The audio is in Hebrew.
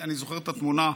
אני זוכר את התמונה,